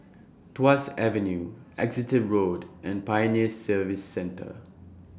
Tuas Avenue Exeter Road and Pioneer Service Centre